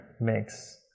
mix